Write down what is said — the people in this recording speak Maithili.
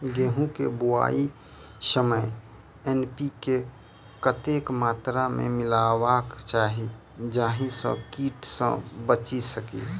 गेंहूँ केँ बुआई समय एन.पी.के कतेक मात्रा मे मिलायबाक चाहि जाहि सँ कीट सँ बचि सकी?